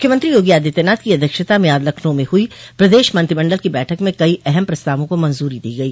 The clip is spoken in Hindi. मुख्यमंत्री योगी आदित्यनाथ की अध्यक्षता में आज लखनऊ में हुई प्रदेश मंत्रिमंडल की बैठक में कई अहम प्रस्तावों को मंजूरी दी गई